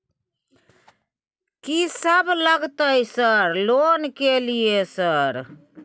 कि सब लगतै सर लोन ले के लिए सर?